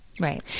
Right